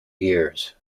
years